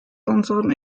unseren